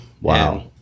Wow